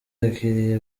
yakiriye